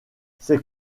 ces